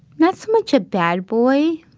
not so much a bad boy.